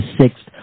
sixth